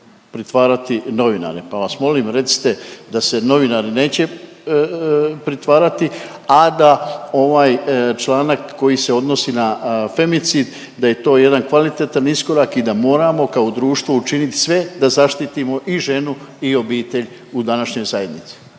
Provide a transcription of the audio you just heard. pritvarati novinare, pa vas molim recite da se novinari neće pritvarati, a da ovaj članak koji se odnosi na femicid da je to jedan kvalitetan iskorak i da moramo kao društvo učiniti sve da zaštitimo i ženu i obitelj u današnjoj zajednici.